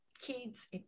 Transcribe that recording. kids